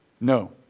No